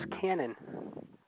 cannon